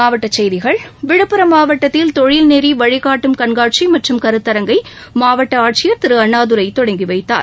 மாவட்ட செய்திகள் விழுப்புரம் மாவட்டத்தில் தொழில்நெறி வழிகாட்டும் கண்காட்சி மற்றும் கருத்தரங்கை மாவட்ட ஆட்சியர் திரு அண்ணாதுரை தொடங்கி வைத்தார்